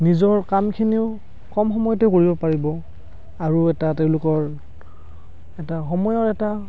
নিজৰ কামখিনিও কম সময়তে কৰিব পাৰিব আৰু এটা তেওঁলোকৰ এটা সময়ৰ এটা